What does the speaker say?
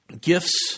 Gifts